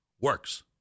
works